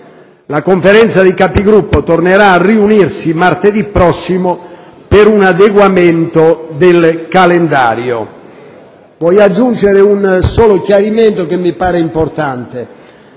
La Conferenza dei Capigruppo tornerà a riunirsi martedì prossimo per un adeguamento del calendario.